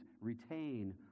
retain